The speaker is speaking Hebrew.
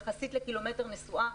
יחסית לק"מ נסועה,